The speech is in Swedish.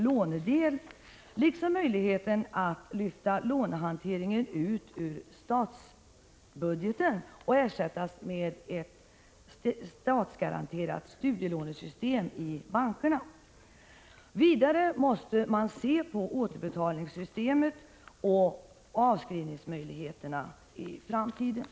1985/86:130 lyfta ut lånehanteringen ur statsbudgeten och ersätta den med ett statsgaran — 29 april 1986 terat studielånesystem i bankerna. Vidare måste man se på återbetalningssystemet och avskrivningsmöjligheterna i framtiden.